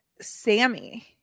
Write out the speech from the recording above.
Sammy